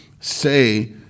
say